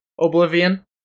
Oblivion